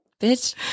Bitch